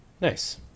Nice